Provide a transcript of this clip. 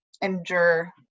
endure